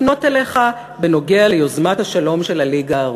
לפנות אליך בנוגע ליוזמת השלום של הליגה הערבית.